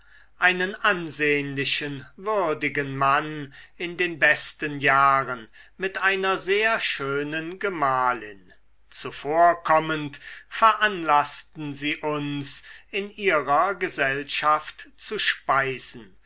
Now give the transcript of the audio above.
einen ansehnlichen würdigen mann in den besten jahren mit einer sehr schönen gemahlin zuvorkommend veranlaßten sie uns in ihrer gesellschaft zu speisen